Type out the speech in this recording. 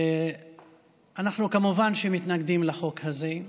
אנחנו כמובן מתנגדים לחוק הזה,